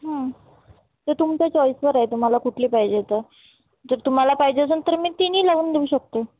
हं ते तुमच्या चॉइसवर आहे तुम्हाला कुठली पाहिजे तर तर तुम्हाला पाहिजे असेल तर मी तिन्ही लावून देऊ शकते